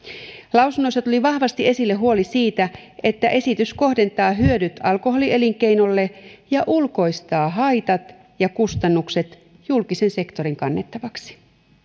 lausunnoissa tuli vahvasti esille huoli siitä että esitys kohdentaa hyödyt alkoholielinkeinolle ja ulkoistaa haitat ja kustannukset julkisen sektorin kannettavaksi